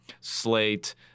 slate